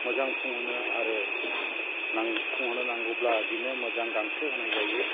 मोजां फुंहोनो आरो फुंहोनो नांगौब्ला बिनो मोजां गांसो होनाय जायो